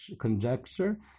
conjecture